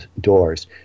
doors